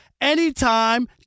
anytime